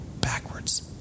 backwards